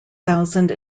thousand